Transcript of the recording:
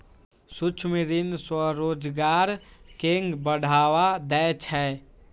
सूक्ष्म ऋण स्वरोजगार कें बढ़ावा दै छै